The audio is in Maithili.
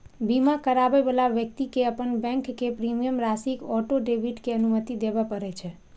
बीमा कराबै बला व्यक्ति कें अपन बैंक कें प्रीमियम राशिक ऑटो डेबिट के अनुमति देबय पड़ै छै